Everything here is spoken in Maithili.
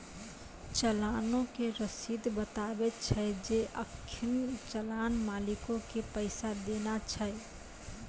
चलानो के रशीद बताबै छै जे अखनि चलान मालिको के पैसा देना छै